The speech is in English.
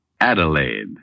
Adelaide